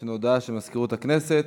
יש לנו הודעה של מזכירות הכנסת.